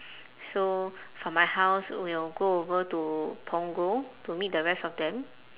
so from my house we'll go over to punggol to meet the rest of them